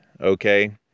Okay